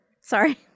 Sorry